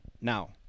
Now